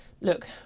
Look